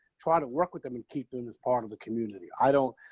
try to work with them and keep them and as part of the community. i don't.